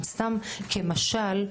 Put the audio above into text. סתם כמשל,